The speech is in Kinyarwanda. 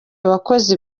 abakozi